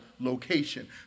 location